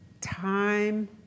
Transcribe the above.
time